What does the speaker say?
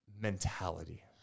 mentality